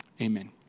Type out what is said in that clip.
amen